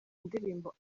ndirimbo